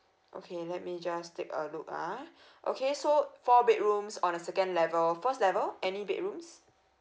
okay let me just take a look ah okay so four bedrooms on the second level first level any bedrooms